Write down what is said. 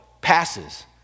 passes